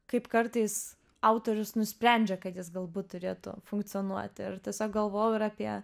kaip kartais autorius nusprendžia kad jis galbūt turėtų funkcionuoti ir tiesiog galvojau ir apie